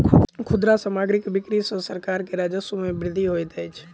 खुदरा सामग्रीक बिक्री सॅ सरकार के राजस्व मे वृद्धि होइत अछि